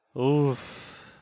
Oof